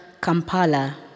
Kampala